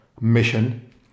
mission